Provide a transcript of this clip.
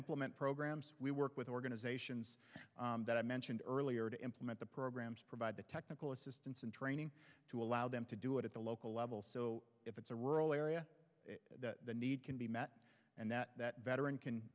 implement programs we work with organizations that i mentioned earlier to implement the programs provide the technical assistance and training to allow them to do it at the local level so if it's a rural area the need can be met and that veteran can